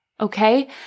Okay